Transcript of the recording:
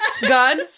gun